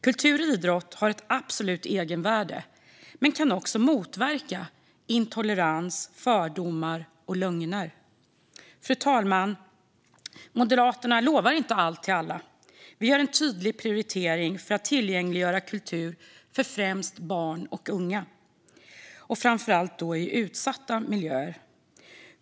Kultur och idrott har ett absolut egenvärde men kan också motverka intolerans, fördomar och lögner. Fru talman! Moderaterna lovar inte allt till alla. Vi gör en tydlig prioritering för att tillgängliggöra kultur för främst barn och unga, framför allt i utsatta miljöer.